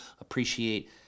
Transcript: appreciate